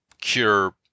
cure